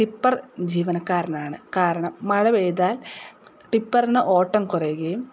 tipper ജീവനക്കാരനാണ് കാരണം മഴ പെയ്താൽ ടിപ്പറിന് ഓട്ടം കുറയുകയും